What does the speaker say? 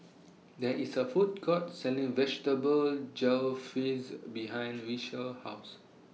There IS A Food Court Selling Vegetable Jalfrezi behind Richelle's House